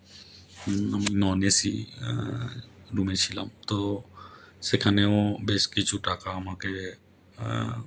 নন AC রুমে ছিলাম তো সেখানেও বেশ কিছু টাকা আমাকে